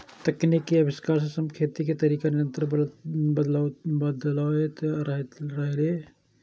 तकनीक के आविष्कार सं खेती के तरीका निरंतर बदलैत रहलैए